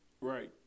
Right